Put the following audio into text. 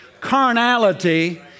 carnality